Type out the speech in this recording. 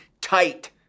tight